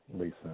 Lisa